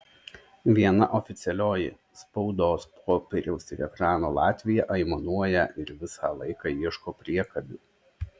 viena oficialioji spaudos popieriaus ir ekrano latvija aimanuoja ir visą laiką ieško priekabių